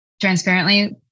transparently